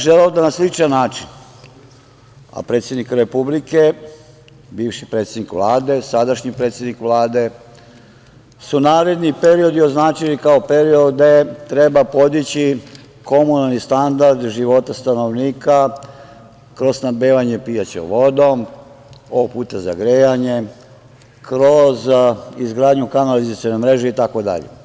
Želeo bih da na sličan način, a predsednika Republike, bivši predsednik Vlade, sadašnji predsednik Vlade su naredni periodi označili kao period gde treba podići komunalni standard života stanovnika kroz snabdevanje pijaćom vodom, ovog puta za grejanje, kroz izgradnju kanalizacione mreže itd.